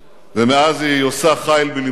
ומאז עושה חיל בלימודיה.